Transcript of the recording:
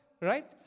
right